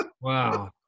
Wow